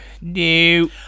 no